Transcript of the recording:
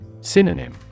Synonym